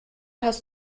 hast